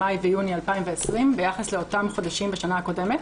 מאי ויוני 2020 ביחס לאותם חודשים בשנה הקודמת.